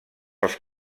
els